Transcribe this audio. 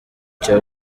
cya